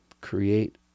create